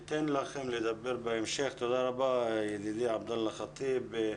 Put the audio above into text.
תודה רבה ידידי עבדאללה חטיב.